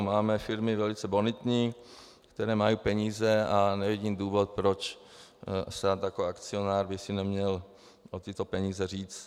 Máme firmy velice bonitní, které mají peníze, a nevidím důvod, proč stát jako akcionář by si neměl o tyto peníze říct.